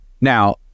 Now